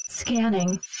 Scanning